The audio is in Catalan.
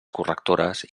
correctores